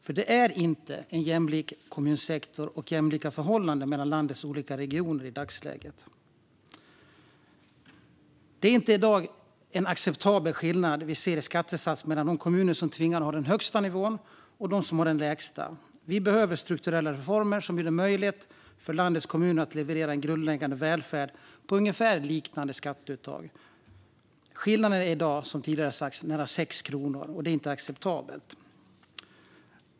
För vi har inte en jämlik kommunsektor och jämlika förhållanden mellan landets olika regioner i dagsläget. Det är i dag inte en acceptabel skillnad vi ser i skattesatserna mellan de kommuner som är tvingade att ha den högsta nivån och de som har den lägsta. Vi behöver strukturella reformer som gör det möjligt för landets kommuner att leverera grundläggande välfärd med ett ungefär liknande skatteuttag. Skillnaden är i dag, som tidigare sagts, nära 6 kronor, och det är inte acceptabelt.